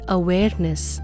awareness